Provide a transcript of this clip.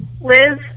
Liz